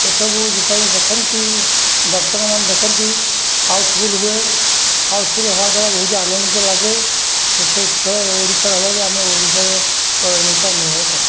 ଏସବୁ ଯେତେବେଳେ ଦେଖନ୍ତି ଦର୍ଶକମାନେ ଦେଖନ୍ତି ହାଉସଫୁଲ୍ ହୁଏ ହାଉସଫୁଲ୍ ହବାଦ୍ଵାରା ବହୁତ ଆନନ୍ଦିତ ଲାଗେ ଏସବୁ ଖେଳ ଓଡ଼ିଶାରେ ହବାକୁ ଆମେ ଓଡ଼ିଶାରେ ଗୌରବାନ୍ୱିତ ଅନୁଭବ କରୁ